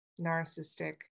narcissistic